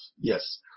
Yes